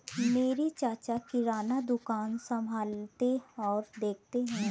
मेरे चाचा किराना दुकान संभालते और देखते हैं